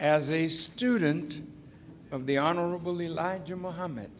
as a student of the honorable elijah muhamm